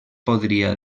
podia